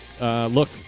Look